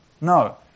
No